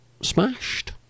smashed